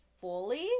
fully